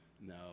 No